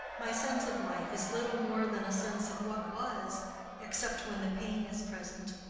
my sense of life is little more than a sense of what was except when the pain is present.